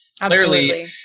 Clearly